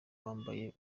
wambaye